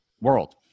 world